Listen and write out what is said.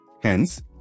Hence